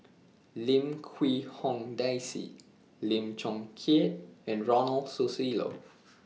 Lim Quee Hong Daisy Lim Chong Keat and Ronald Susilo